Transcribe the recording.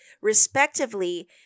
respectively